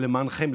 ולמענכם,